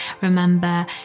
remember